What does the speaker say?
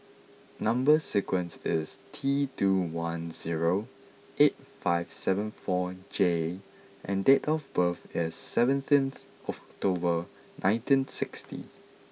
number sequence is T two one zero eight five seven four J and date of birth is seventeenth October nineteen sixty